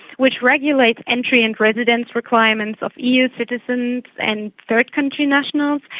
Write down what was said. which regulates entry and residence requirements of eu citizens and third country nationals,